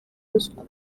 ruswa